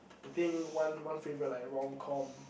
I think one one favourite like romcom